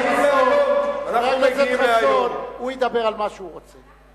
לפחות, חבר הכנסת חסון, הוא ידבר על מה שהוא רוצה.